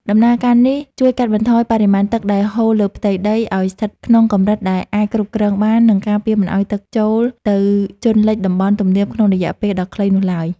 ដំណើរការនេះជួយកាត់បន្ថយបរិមាណទឹកដែលហូរលើផ្ទៃដី ឱ្យស្ថិតក្នុងកម្រិតដែលអាចគ្រប់គ្រងបាន និងការពារមិនឱ្យទឹកហូរទៅជន់លិចតំបន់ទំនាបក្នុងរយៈពេលដ៏ខ្លីនោះឡើយ។